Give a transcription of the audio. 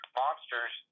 monsters